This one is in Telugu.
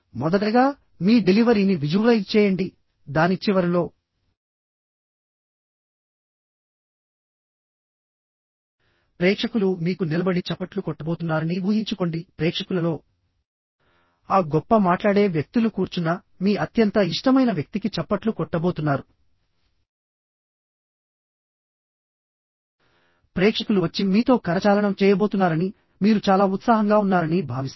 మొదటగామీ డెలివరీని విజువలైజ్ చేయండి దాని చివరలో ప్రేక్షకులు మీకు నిలబడి చప్పట్లు కొట్టబోతున్నారని ఊహించుకోండి ప్రేక్షకులలో ఆ గొప్ప మాట్లాడే వ్యక్తులు కూర్చున్న మీ అత్యంత ఇష్టమైన వ్యక్తికి చప్పట్లు కొట్టబోతున్నారు ప్రేక్షకులు వచ్చి మీతో కరచాలనం చేయబోతున్నారనిమీరు చాలా ఉత్సాహంగా ఉన్నారని భావిస్తారు